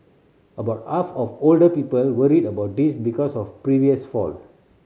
about half of older people worry about this because of previous fall